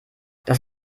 das